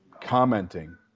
commenting